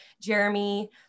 Jeremy